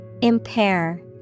Impair